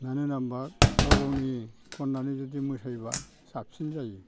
मानो होनना बुंब्ला गाव गावनि खननानै जुदि मोसायोब्ला साबसिन जायो